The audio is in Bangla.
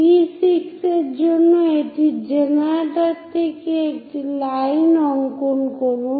P6 এর জন্য একটি জেনারেটরের থেকে একটি লাইন অংকন করুন